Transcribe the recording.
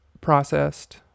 processed